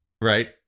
right